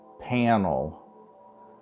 panel